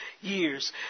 years